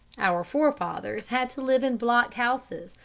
our forefathers had to live in block-houses,